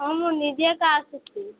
ହଁ ମୁଁ ନିଜେ ଏକା ଆସୁଛି